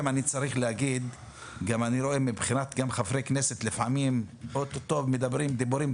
אני רואה גם מבחינת חברי כנסת שמדברים דיבורים,